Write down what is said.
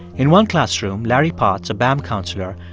in one classroom, larry potts, a bam counselor,